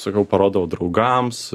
sakau parodau draugams